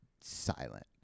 silent